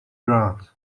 ground